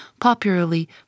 popularly